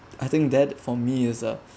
I think that for me is a